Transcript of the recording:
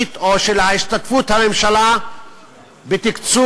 הממשלתית או של השתתפות הממשלה בתקצוב